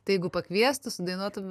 taigi jeigu pakviestų dainuotum